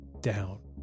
down